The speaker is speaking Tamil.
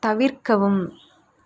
தவிர்க்கவும்